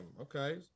Okay